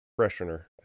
freshener